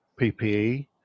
PPE